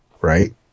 right